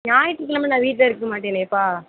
ஞாயிற்று கிழம நான் வீட்டில் இருக்க மாட்டேனேப்பா